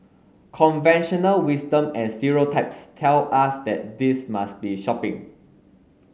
conventional wisdom and stereotypes tell us that this must be shopping